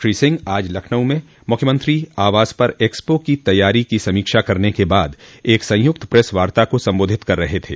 श्री सिंह आज लखनऊ में मुख्यमंत्री आवास पर एक्सपो की तैयारी की समीक्षा करने के बाद एक संयुक्त प्रेस वार्ता को संबोधित कर रहे थे